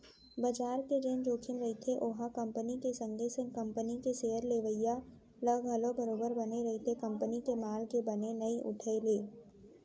बजार के जेन जोखिम रहिथे ओहा कंपनी के संगे संग कंपनी के सेयर लेवइया ल घलौ बरोबर बने रहिथे कंपनी के माल के बने नइ उठे ले